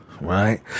right